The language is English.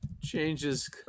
changes